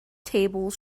tables